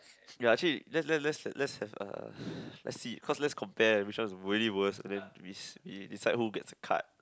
ya actually let's let's let's let's have a let's see cause let's compare which one is really worse and then we we decide who gets the card